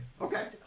Okay